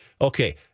Okay